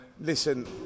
listen